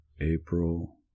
April